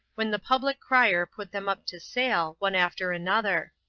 when the public crier put them up to sale, one after another.